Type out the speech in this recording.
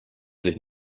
sich